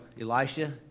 Elisha